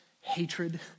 hatred